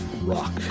rock